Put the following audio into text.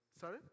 Sorry